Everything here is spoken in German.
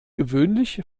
gewöhnlich